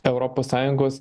europos sąjungos